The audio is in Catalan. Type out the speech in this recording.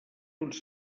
uns